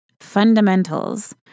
fundamentals